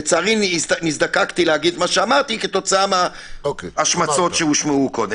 לצערי ניזדקקתי להגיד מה שאמרתי כתוצאה מההשמצות שנשמעו קודם.